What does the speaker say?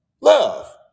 Love